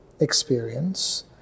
experience